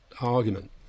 argument